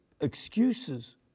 excuses